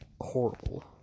horrible